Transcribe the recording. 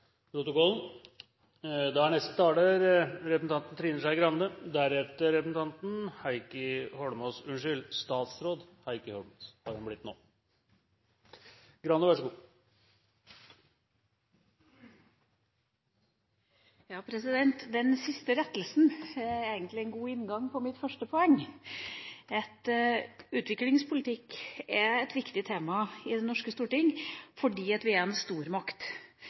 protokollen. Den siste rettelsen er egentlig en god inngang til mitt første poeng. Utviklingspolitikk er et viktig tema i Det norske storting, fordi vi er en stormakt